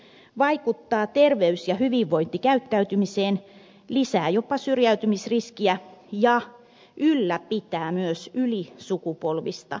köyhyys vaikuttaa terveys ja hyvinvointikäyttäytymiseen lisää jopa syrjäytymisriskiä ja ylläpitää myös ylisukupolvista köyhyyttä